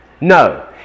No